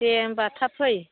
दे होम्बा थाब फै